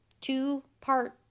Two-part